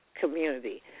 community